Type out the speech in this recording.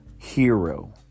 hero